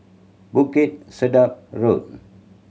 Bukit Sedap Road